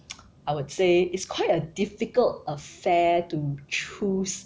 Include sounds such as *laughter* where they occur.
*noise* I would say it's quite a difficult affair to choose